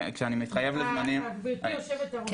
כשאני מתחייב לזמנים -- גברתי יושבת הראש,